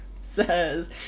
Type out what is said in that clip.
says